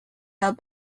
held